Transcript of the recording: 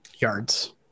Yards